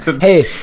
Hey